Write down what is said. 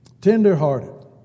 tenderhearted